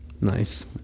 Nice